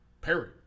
Perry